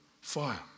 fire